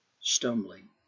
stumbling